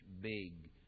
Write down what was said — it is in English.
big